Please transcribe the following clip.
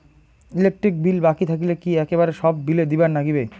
Electric bill বাকি থাকিলে কি একেবারে সব বিলে দিবার নাগিবে?